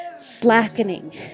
slackening